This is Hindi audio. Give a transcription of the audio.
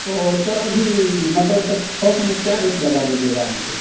तो सर अभी मटर सर थौक में क्या रेट लगा दीजिएगा हमको